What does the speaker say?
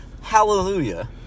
Hallelujah